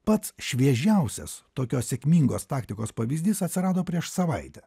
pats šviežiausias tokios sėkmingos taktikos pavyzdys atsirado prieš savaitę